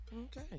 Okay